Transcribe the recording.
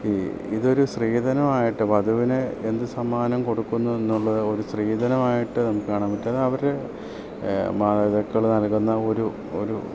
ഈ ഇതൊരു സ്ത്രീധനമായിട്ട് വധുവിനെ എന്ത് സമ്മാനം കൊടുക്കുന്നു എന്നുള്ള ഒരു സ്ത്രീധനമായിട്ട് നമുക്ക് കാണാൻ പറ്റൂല അവരുടെ മാതാപിതാക്കൾ നൽകുന്ന ഒരു ഒരു